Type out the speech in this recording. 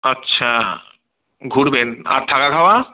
আচ্ছা ঘুরবেন আর থাকা খাওয়া